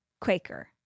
Quaker